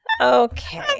Okay